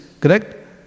Correct